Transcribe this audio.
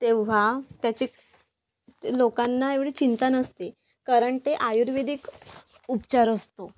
तेव्हा त्याची लोकांना एवढी चिंता नसते कारण ते आयुर्वेदिक उपचार असतो